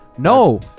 No